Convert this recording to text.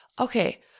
okay